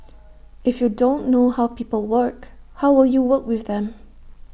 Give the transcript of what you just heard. if you don't know how people work how will you work with them